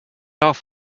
off